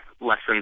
lessons